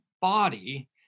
body